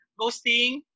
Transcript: ghosting